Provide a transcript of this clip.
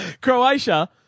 Croatia